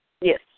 Yes